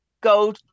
go